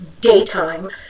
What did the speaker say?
daytime